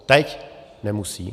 Teď nemusí.